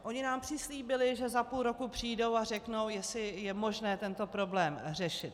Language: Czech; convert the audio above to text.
Oni nám přislíbili, že za půl roku přijdou a řeknou, jestli je možné tento problém řešit.